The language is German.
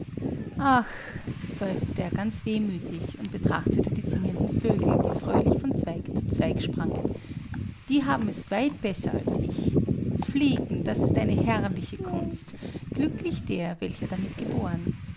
ach seufzte er ganz wehmütig und betrachtete die singenden vögel die fröhlich von zweig zu zweig sprangen die haben es weit besser als ich fliegen das ist eine herrliche kunst glücklich der welcher damit geboren